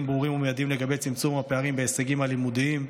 ברורים ומיידיים לגבי צמצום הפערים בהישגים הלימודיים,